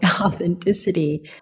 authenticity